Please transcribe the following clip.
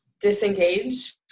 disengage